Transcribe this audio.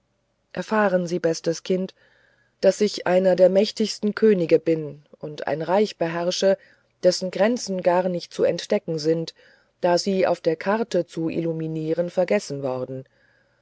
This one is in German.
erfahren sie bestes kind daß ich einer der mächtigsten könige bin und ein reich beherrsche dessen grenzen gar nicht zu entdecken sind da sie auf der karte zu illuminieren vergessen worden